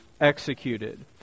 executed